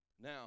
Now